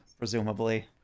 presumably